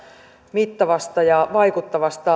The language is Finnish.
mittavaa ja ja vaikuttavaa